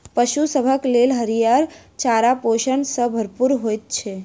पशु सभक लेल हरियर चारा पोषण सॅ भरपूर होइत छै